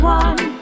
one